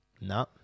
No